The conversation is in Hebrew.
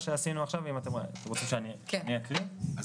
אז